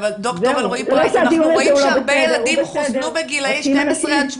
לא שהדיון הזה לא בסדר,